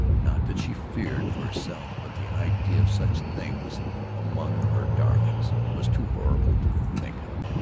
not that she feared for herself but the idea of such things among her darlings was too horrible to think of.